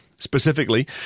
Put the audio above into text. Specifically